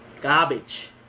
Garbage